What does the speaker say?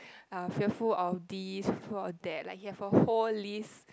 uh fearful of this fearful of that like he have a whole list